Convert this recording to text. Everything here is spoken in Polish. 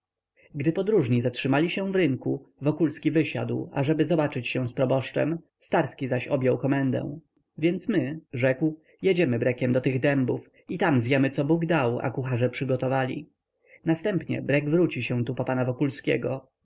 gdy podróżni zatrzymali się w rynku wokulski wysiadł ażeby zobaczyć się z proboszczem starski zaś objął komendę więc my rzekł jedziemy brekiem do tych dębów i tam zjemy co bóg dał a kucharze przygotowali następnie brek wróci się tu po pana wokulskiego